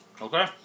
Okay